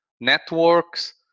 networks